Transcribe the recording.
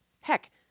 Heck